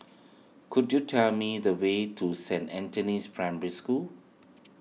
could you tell me the way to Saint Anthony's Primary School